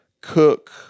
cook